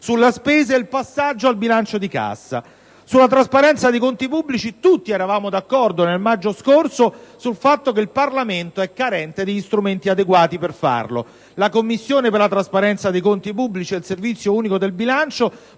sulla spesa e il passaggio al bilancio di cassa. Sulla trasparenza dei conti pubblici, tutti eravamo d'accordo, nel maggio scorso, sul fatto che il Parlamento è carente degli strumenti adeguati per farlo. La Commissione per la trasparenza dei conti pubblici e il Servizio unico del bilancio